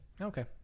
okay